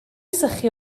sychu